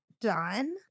done